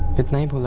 his name